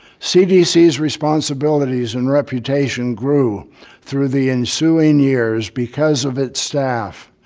cdc's responsibilities and reputation grew through the ensuing years because of its staff.